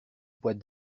bois